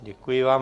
Děkuji vám.